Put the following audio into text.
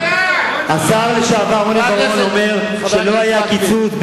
השר לשעבר רוני בר-און אומר שלא היה קיצוץ,